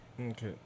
Okay